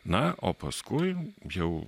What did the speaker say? na o paskui jau